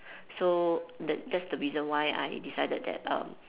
so that that's the reason why I decided that um